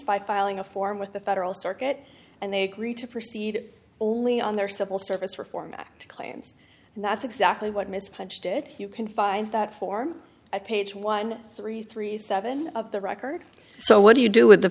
filing a form with the federal circuit and they agree to proceed only on their civil service reform act claims and that's exactly what ms pledge did you can find that for a page one three three seven of the record so what do you do with the